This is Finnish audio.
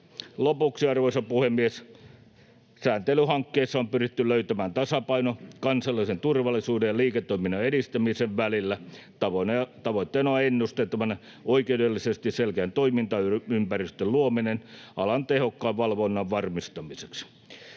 Lopuksi, arvoisa puhemies: Sääntelyhankkeessa on pyritty löytämään tasapaino kansallisen turvallisuuden ja liiketoiminnan edistämisen välillä. Tavoitteena on ennustettavan ja oikeudellisesti selkeän toimintaympäristön luominen alan tehokkaan valvonnan varmistamiseksi.